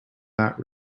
that